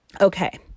Okay